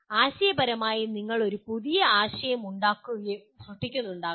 ആശയപരമായി നിങ്ങൾ ഒരു പുതിയ ആശയം സൃഷ്ടിക്കുന്നുണ്ടാകാം